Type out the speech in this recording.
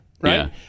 right